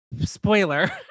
spoiler